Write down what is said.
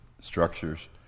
structures